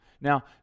Now